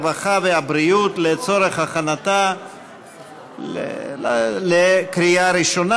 הרווחה והבריאות לצורך הכנתה לקריאה ראשונה.